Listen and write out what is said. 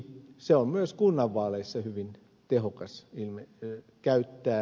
se on myös kunnan vaaleissa hyvin tehokas käyttää